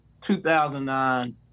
2009